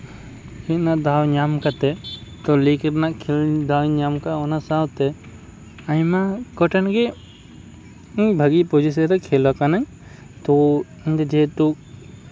ᱠᱷᱮᱞ ᱨᱮᱱᱟᱜ ᱫᱟᱣ ᱧᱟᱢ ᱠᱟᱛᱮᱫ ᱞᱤᱜᱽ ᱨᱮᱱᱟᱜ ᱠᱷᱮᱞ ᱫᱟᱣᱤᱧ ᱧᱟᱢ ᱠᱟᱜᱼᱟ ᱚᱱᱟ ᱥᱟᱶᱛᱮ ᱟᱭᱢᱟ ᱠᱚᱴᱷᱮᱱ ᱜᱮ ᱤᱧ ᱵᱷᱟᱹᱜᱤ ᱯᱚᱡᱤᱥᱮᱱ ᱨᱤᱧ ᱠᱷᱮᱞ ᱠᱷᱮᱞ ᱠᱟᱱᱟᱧ ᱛᱳ ᱤᱧᱫᱚ ᱡᱮᱦᱮᱛᱩ